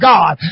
God